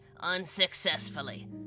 unsuccessfully